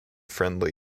friendly